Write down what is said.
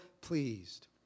pleased